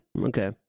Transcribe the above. Okay